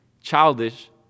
childish